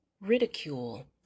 ridicule